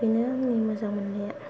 बेनो आंनि मोजां मोन्नाया